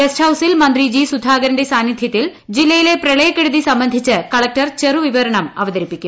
ഗസ്റ്ഹൌസിൽ മന്ത്രി ജി സുധാകരന്റെ സാന്നിധ്യത്തിൽ ജില്ലയിലെ പ്രളയക്കെടുതി സംബന്ധിച്ച് കളക്ടർ ചെറു വിവരണം അവതരിപ്പിക്കും